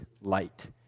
light